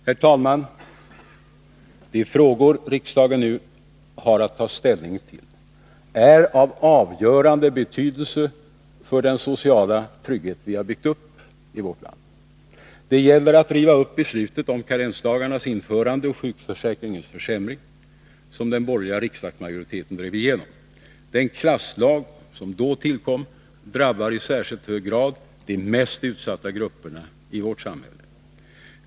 Herr talman! De frågor som riksdagen nu har att ta ställning till är av avgörande betydelse för den sociala trygghet vi har byggt upp i vårt land. Det gäller att riva upp det beslut om karensdagarnas införande och sjukförsäkringens försämring som den borgerliga riksdagsmajoriteten drev igenom. Den klasslag som då tillkom drabbar i särskilt hög grad de mest utsatta grupperna i vårt samhälle.